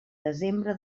desembre